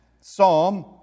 psalm